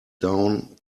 down